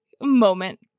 moment